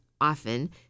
often